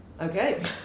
Okay